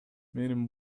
менин